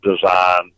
design